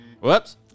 Whoops